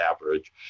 average